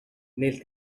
nel